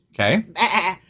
Okay